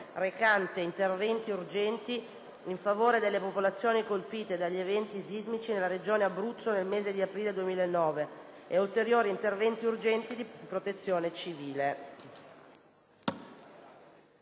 recante interventi urgenti in favore delle popolazioni colpite dagli eventi sismici nella regione Abruzzo nel mese di aprile 2009 e ulteriori interventi urgenti di protezione civile»